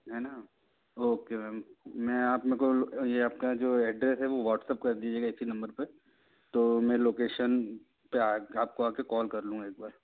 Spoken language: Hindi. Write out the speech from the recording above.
है ना ओके मैम मैं आपको आपका जो अड्रेस है वो व्हाट्सअप कर दीजिएगा इसी नंबर पर तो मैं लोकेशन पर आपको आ कर कॉल कर लूँगा एक बार